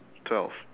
twelve